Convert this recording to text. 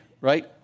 right